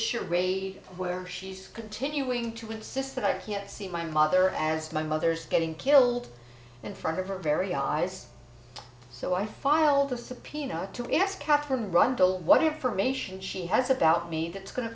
charade where she's continuing to insist that i can't see my mother as my mother's getting killed in front of her very eyes so i file the subpoena to ask out from rundle what information she has about me that's going to